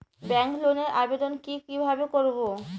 Bank লোনের আবেদন কি কিভাবে করব?